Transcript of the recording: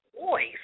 voice